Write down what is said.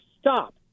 stop